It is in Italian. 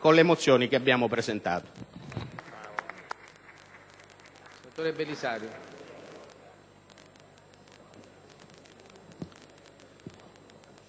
con le mozioni che abbiamo presentato.